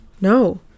No